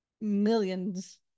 millions